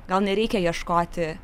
gal nereikia ieškoti